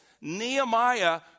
Nehemiah